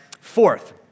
Fourth